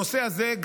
בנושא הזה,